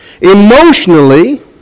emotionally